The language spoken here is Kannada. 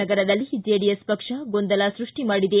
ನಗರದಲ್ಲಿ ಜೆಡಿಎಸ್ ಪಕ್ಷ ಗೊಂದಲ ಸೃಷ್ಟಿ ಮಾಡಿದೆ